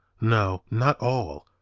no, not all.